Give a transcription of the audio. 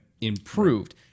improved